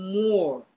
more